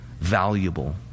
valuable